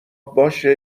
باشه